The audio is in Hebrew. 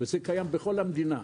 וזה קיים בכל המדינה.